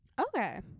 Okay